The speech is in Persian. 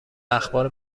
اخبار